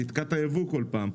זה יתקע את הייבוא כל פעם.